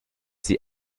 sie